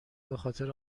بخاطر